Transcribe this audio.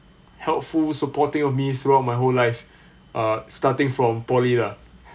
helpful supportive of me throughout my whole life uh starting from poly lah